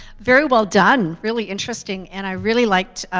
very well done. really interesting. and i really liked,